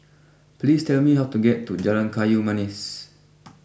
please tell me how to get to Jalan Kayu Manis